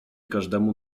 każdemu